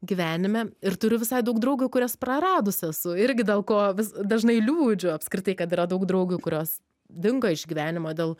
gyvenime ir turiu visai daug draugių kurias praradus esu irgi dėl ko vis dažnai liūdžiu apskritai kad yra daug draugių kurios dingo iš gyvenimo dėl